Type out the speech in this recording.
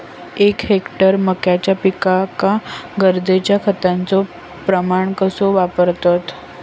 एक हेक्टर मक्याच्या पिकांका गरजेच्या खतांचो प्रमाण कसो वापरतत?